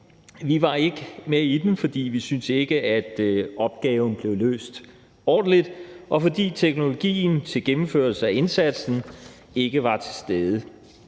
Vi var ikke med i den, fordi vi ikke syntes, at opgaven blev løst ordentligt, og fordi teknologien til gennemførelse af indsatsen ikke var til stede.